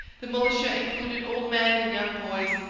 the militia included old men and young boys,